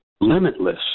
limitless